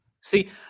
See